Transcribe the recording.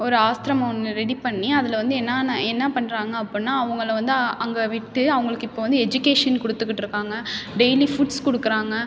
ஒரு ஆஸ்ரமம் ஒன்று ரெடி பண்ணி அதில் வந்து என்னென்ன என்னப் பண்ணுறாங்க அப்புடின்னா அவங்கள வந்து அங்கே விட்டு அவங்களுக்கு இப்போ வந்து எஜுகேஷன் கொடுத்துக்கிட்ருக்காங்க டெய்லி ஃபுட்ஸ் கொடுக்குறாங்க